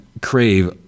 crave